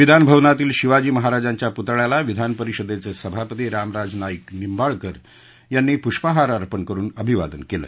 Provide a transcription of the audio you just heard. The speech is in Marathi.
विधान भवनातील शिवाजी महाराजांच्या पुतळ्याला विधान परिषदेचे सभापती रामराजे नाईक निंबाळकर यांनी पुष्पहार अर्पण करून अभिवादन केलं